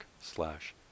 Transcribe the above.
slash